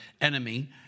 enemy